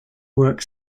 work